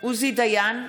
עוזי דיין,